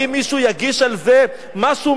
האם מישהו יגיש על זה משהו,